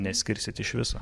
neskirsit iš viso